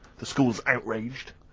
the school's outraged.